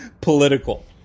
political